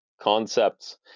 concepts